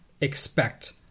expect